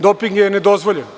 Doping je nedozvoljen.